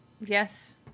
Yes